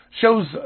shows